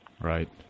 Right